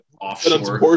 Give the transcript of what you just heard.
offshore